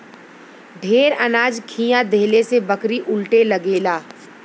ढेर अनाज खिया देहले से बकरी उलटे लगेला